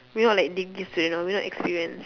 we not like degree student you know we not experienced